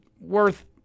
worth